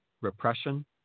repression